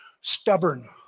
stubborn